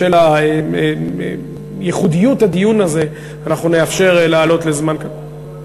בשל ייחודיות הדיון הזה אנחנו נאפשר לעלות לזמן קצר.